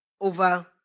over